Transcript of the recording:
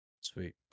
Sweet